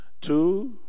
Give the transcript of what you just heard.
two